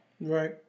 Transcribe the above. Right